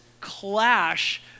clash